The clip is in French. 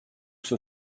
que